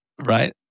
right